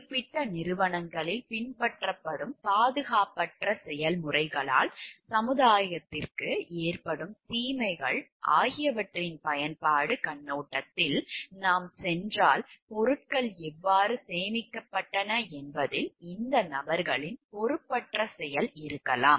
குறிப்பிட்ட நிறுவனத்தில் பின்பற்றப்படும் பாதுகாப்பற்ற செயல்முறைகளால் சமூகத்திற்கு ஏற்படும் தீமைகள் ஆகியவற்றின் பயன்பாட்டுக் கண்ணோட்டத்தில் நாம் சென்றால் பொருட்கள் எவ்வாறு சேமிக்கப்பட்டன என்பதில் இந்த நபர்களின் பொறுப்பற்ற செயல் இருக்கலாம்